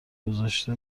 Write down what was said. گذاشته